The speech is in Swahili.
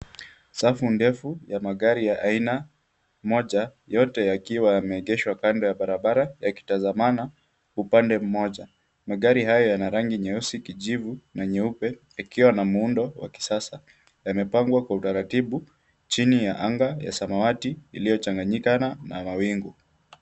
Safu ndefu ya magari ya aina moja, yote yakiwa yameegeshwa kando ya barabara yakitazamana upande mmoja. Magari haya yana rangi nyeusi, kijivu na nyeupe yakiwa na muundo wa kisasa yamepangwa kwa utaratibu chini ya anga ya samawati iliyochanganyikana na mawingu.